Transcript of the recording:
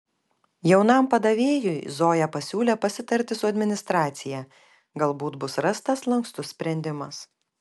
jaunam padavėjui zoja pasiūlė pasitarti su administracija galbūt bus rastas lankstus sprendimas